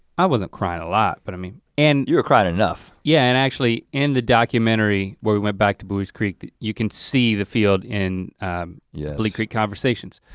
i wasn't crying a lot, but i mean. and you were crying enough. yeah, and actually, in the documentary, where we went back to buies creek, you can see the field in yeah bleak creek conversations.